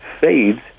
fades